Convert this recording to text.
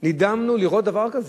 נדהמנו לראות דבר כזה,